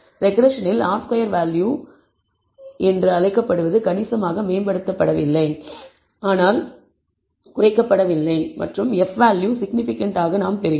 ரெக்ரெஸ்ஸனில் R2 square value என்று அழைக்கப்படுவது கணிசமாக மேம்படுத்தப்படவில்லை ஆனால் குறைக்கப்படவில்லை மற்றும் F வேல்யூ சிக்னிபிகன்ட் ஆக நாம் பெறுகிறோம்